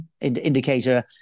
indicator